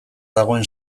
dagoen